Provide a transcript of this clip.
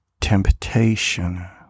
temptation